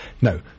no